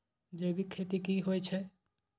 जैविक खेती की होए छै?